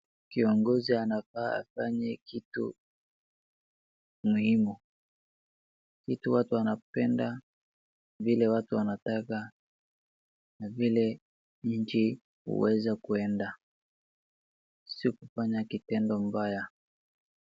Kiongozi anafaa afanye kitu muhimu. Kitu watu wanapenda, vile watu wanataka, na vile nchi huweza kuenda. Sio kufanya kitendo mbaya.